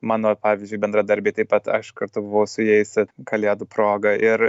mano pavyzdžiui bendradarbiai taip pat aš kartu su jais kalėdų proga ir